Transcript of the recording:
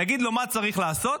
תגיד לו: מה צריך לעשות?